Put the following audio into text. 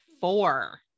four